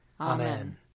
Amen